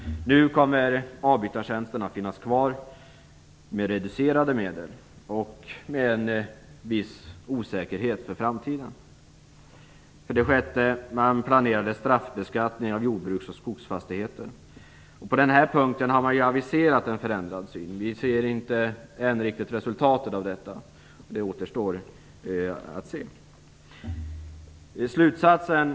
Nu kommer avbytartjänsten att finnas kvar, men med reducerade medel och med en viss osäkerhet inför framtiden. För det sjätte: Man planerade straffbeskattning av jordbruks och skogsfastigheter. På den här punkten har man aviserat en förändrad syn. Vi kan ännu inte se resultatet av detta. Det återstår en del. Fru talman!